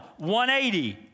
180